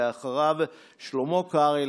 אחריו, שלמה קרעי.